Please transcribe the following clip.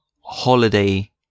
holiday